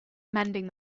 mending